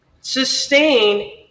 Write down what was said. sustain